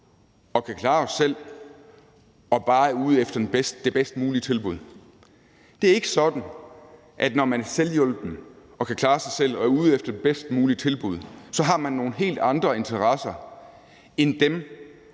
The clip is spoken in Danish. og kan klare os selv og bare er ude efter det bedst mulige tilbud. Det er ikke sådan, at man, når man er selvhjulpen og kan klare sig selv og er ude efter det bedst mulige tilbud, så har nogle helt andre interesser end dem,